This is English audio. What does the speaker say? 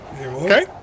Okay